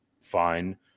fine